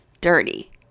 dirty